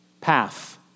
path